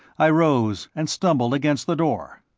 i rose and stumbled against the door.